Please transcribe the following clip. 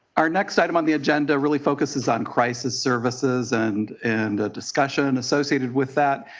our next item on the agenda really focuses on crisis services and and a discussion associated with that.